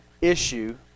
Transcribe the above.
issue